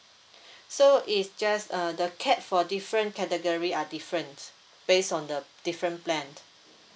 so is just uh the cap for different category are different based on the different plan